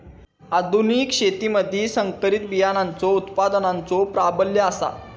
आधुनिक शेतीमधि संकरित बियाणांचो उत्पादनाचो प्राबल्य आसा